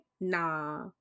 nah